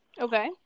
Okay